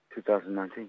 2019